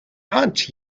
aunt